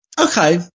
okay